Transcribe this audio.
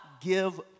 give